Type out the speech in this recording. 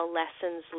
lessons